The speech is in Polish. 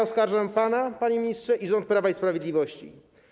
Oskarżam pana, panie ministrze, i rząd Prawa i Sprawiedliwości.